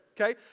Okay